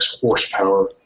horsepower